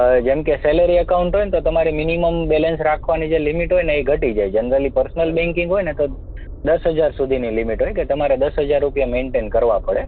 જેમકે salary account હોય ને તો તમારે મિનિમમ બેલેન્સ રાખવાની જે લિમિટ હોયને એ ઘટી જાય જનરલી પર્સનલ બેંકિંગ હોય ને તો દસ હજાર સુધીની લિમિટ હોય કે તમારે દસ હજાર રૂપિયા મેન્ટેન કરવા પડે